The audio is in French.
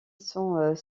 sont